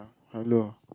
hello